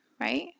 right